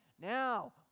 Now